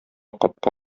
капка